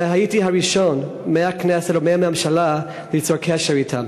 שהייתי הראשון מהכנסת או מהממשלה שיצר קשר אתם.